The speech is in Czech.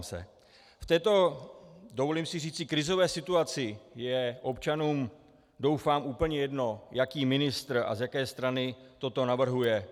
V této, dovolím si říci, krizové situaci je občanům doufám úplně jedno, jaký ministr a z jaké strany toto navrhuje.